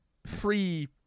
free